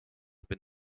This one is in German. bin